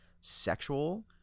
sexual